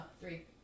three